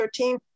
13